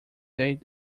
day